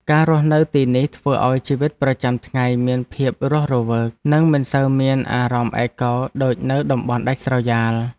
ការរស់នៅទីនេះធ្វើឱ្យជីវិតប្រចាំថ្ងៃមានភាពរស់រវើក និងមិនសូវមានអារម្មណ៍ឯកោដូចនៅតំបន់ដាច់ស្រយាល។